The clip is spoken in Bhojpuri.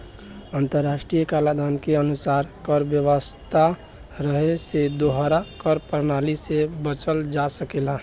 अंतर्राष्ट्रीय कलाधन के अनुसार कर व्यवस्था रहे से दोहरा कर प्रणाली से बचल जा सकेला